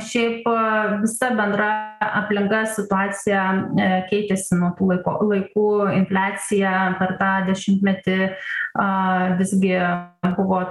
šiaip visa bendra aplinka situacija e keitėsi nuo tų laiko laikų infliacija per tą dešimtmetį a visgi buvo